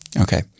Okay